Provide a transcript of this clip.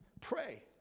pray